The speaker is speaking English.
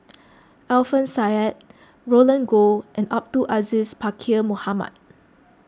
Alfian Sa'At Roland Goh and Abdul Aziz Pakkeer Mohamed